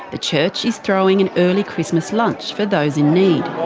the church is throwing an early christmas lunch for those in need.